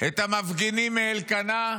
את המפגינים מאלקנה,